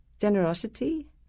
generosity